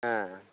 ए